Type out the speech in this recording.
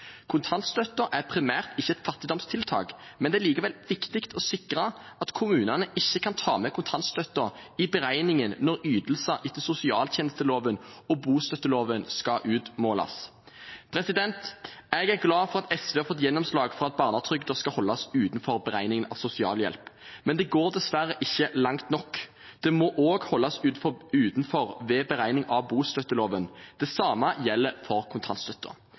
ikke primært et fattigdomstiltak, men det er likevel viktig å sikre at kommunene ikke kan ta med kontantstøtten i beregningen når ytelser etter sosialtjenesteloven og bostøtteloven skal utmåles. Jeg er glad for at SV har fått gjennomslag for at barnetrygden skal holdes utenfor beregningen av sosialhjelp, men de går dessverre ikke langt nok. Det må også holdes utenfor ved beregning av ytelser etter bostøtteloven. Det samme gjelder for